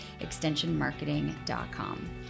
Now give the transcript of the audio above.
extensionmarketing.com